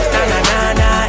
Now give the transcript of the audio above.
Na-na-na-na